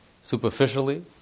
superficially